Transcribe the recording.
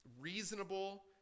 reasonable